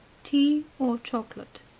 tea or chocolate?